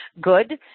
good